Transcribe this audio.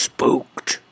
Spooked